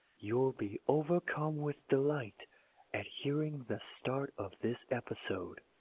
you'll be overcome with delight at hearing the start of this episode.